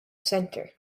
center